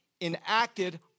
enacted